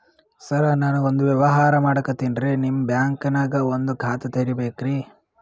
ಸರ ನಾನು ಒಂದು ವ್ಯವಹಾರ ಮಾಡಕತಿನ್ರಿ, ನಿಮ್ ಬ್ಯಾಂಕನಗ ಒಂದು ಖಾತ ತೆರಿಬೇಕ್ರಿ?